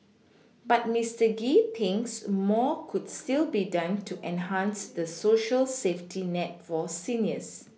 but Mister Gee thinks more could still be done to enhance the Social safety net for seniors